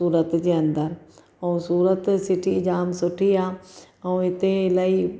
सूरत जे अंदरि ऐं सूरत सिटी जाम सुठी आहे ऐं हिते अलाई